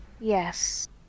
Yes